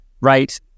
right